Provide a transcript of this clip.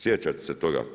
Sjećate se toga.